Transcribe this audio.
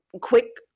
quick